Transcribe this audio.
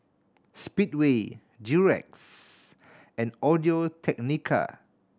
Speedway Durex and Audio Technica